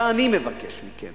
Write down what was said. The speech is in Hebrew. ואני מבקש מכם,